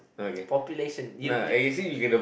population you you yo~